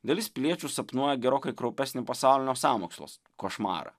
dalis piliečių sapnuoja gerokai kraupesnio pasaulinio sąmokslo košmarą